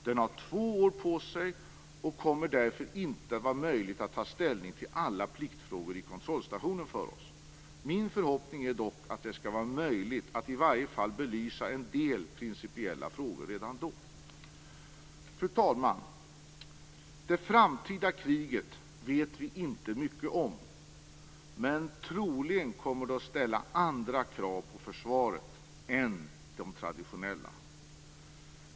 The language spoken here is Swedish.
Den har två år på sig, och det kommer därför inte att vara möjligt för oss att ta ställning till alla pliktfrågor i kontrollstationen. Min förhoppning är dock att det skall vara möjligt att i varje fall belysa en del principiella frågor redan då. Fru talman! Det framtida kriget vet vi inte mycket om, men troligen kommer det att ställa andra krav på försvaret än de traditionella.